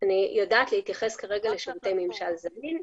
אני יודעת להתייחס כרגע לשירותי ממשל זמין.